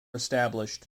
established